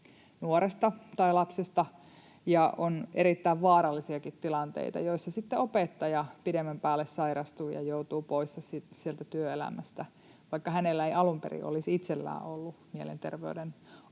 nuoresta tai lapsesta. On erittäin vaarallisiakin tilanteita, joissa sitten opettaja pidemmän päälle sairastuu ja joutuu pois työelämästä. Vaikka hänellä ei alun perin olisi itsellään ollut mielenterveyden